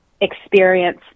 experience